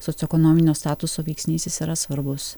socioekonominio statuso veiksnys jis yra svarbus